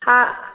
हा